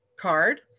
card